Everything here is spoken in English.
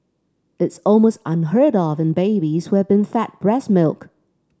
it's almost unheard of in babies who have been fed breast milk